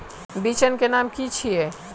बिचन के नाम की छिये?